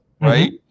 right